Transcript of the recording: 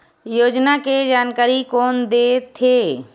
योजना के जानकारी कोन दे थे?